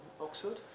Oxford